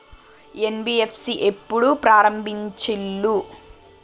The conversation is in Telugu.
ఎన్.బి.ఎఫ్.సి ఎప్పుడు ప్రారంభించిల్లు?